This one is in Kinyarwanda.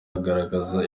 agaragaza